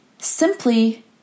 Simply